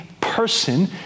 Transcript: person